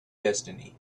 destiny